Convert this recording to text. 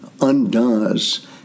undoes